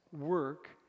work